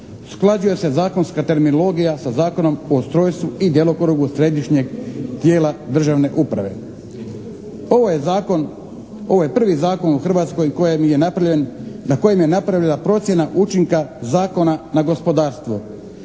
usklađuje se zakonska terminologija sa Zakonom o ustrojstvu i djelokrugu središnjeg tijela državne uprave. Ovo je prvi zakon u Hrvatskoj na kojem je napravljena procjena učinka Zakona na gospodarstvo